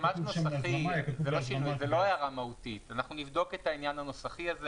זאת לא הערה מהותית, זה שינוי נוסחי ממש.